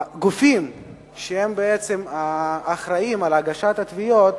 הגופים שבעצם אחראים להגשת התביעות